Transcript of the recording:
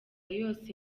yose